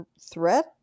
threat